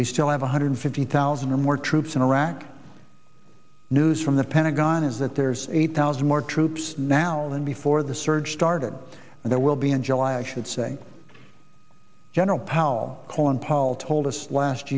we still have one hundred fifty thousand or more troops in iraq news from the pentagon is that there's eight thousand more troops now than before the surge started and there will be in july i should say general powell colin powell told us last